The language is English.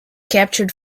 captured